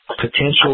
potential